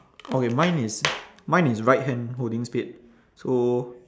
okay mine is mine is right hand holding spade so